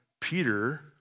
Peter